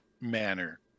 manner